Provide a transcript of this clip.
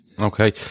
Okay